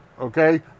okay